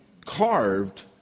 carved